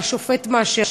והשופט מאשר.